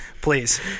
Please